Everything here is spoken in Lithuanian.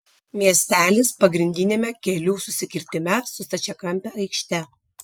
miestelis pagrindiniame kelių susikirtime su stačiakampe aikšte